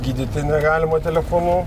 gydyti negalima telefonu